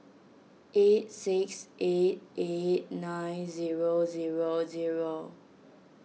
eight six eight eight nine zero zero zero